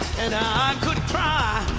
and i could cry